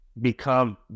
become